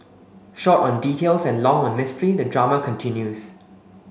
short on details and long on mystery the drama continues